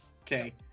okay